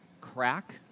crack